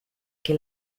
che